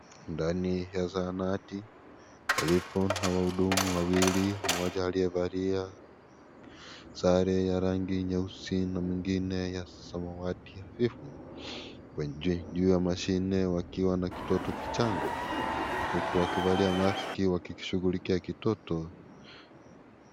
Ndani ya zanati palipo na wahudumu wawili. Mmoja aliyevalia sare ya rangi nyeusi na mwingine ya samawati hafifu. Kwenye juu ya mashine wakiwa na kitoto kichanga. Huku wakivalia masiki wakikishughulikia kitoto.